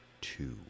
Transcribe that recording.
two